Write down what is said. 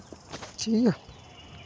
ᱴᱷᱤᱠ ᱜᱮᱭᱟ